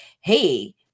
Hey